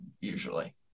usually